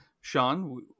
Sean